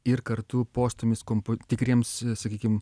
ir kartu postūmis kompo tikriems sakykim